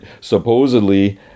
Supposedly